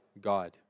God